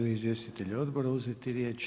Želi izvjestitelj odbora uzeti riječ?